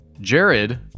Jared